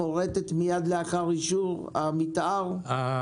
הצפון תרמו למדינת ישראל הרבה יותר מאשר המדינה תרמה להם.